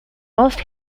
most